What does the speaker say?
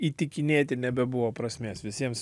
įtikinėti nebebuvo prasmės visiems